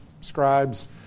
scribes